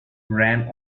ran